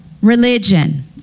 Religion